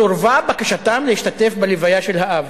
סורבה בקשתם להשתתף בהלוויה של האב,